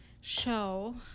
show